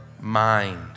mind